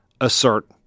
assert